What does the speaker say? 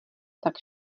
tak